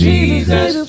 Jesus